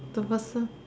the person